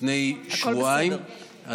לפני שבועיים.